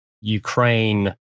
Ukraine